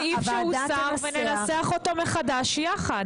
את הסעיף שהוסר וננסח אותו מחדש יחד.